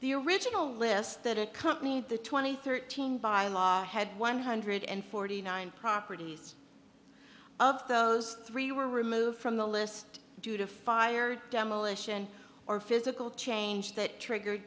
the original list that accompanied the twenty thirteen by law had one hundred and forty nine properties of those three were removed from the list due to fire demolition or physical change that triggered